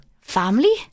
Family